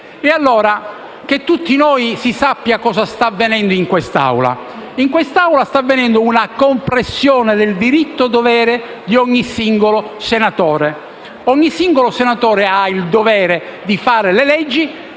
allora, che tutti noi sappiamo cosa sta avvenendo in quest'Assemblea. In quest'Assemblea sta avvenendo una compressione del diritto-dovere di ogni singolo senatore. Ogni singolo senatore ha infatti il dovere di fare le leggi,